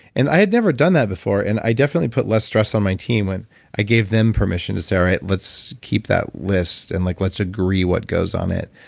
and i had never done that before and i definitely put less stress on my team when i gave them permission to say, all right. let's keep that list and like let's agree what goes on it.